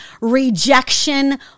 rejection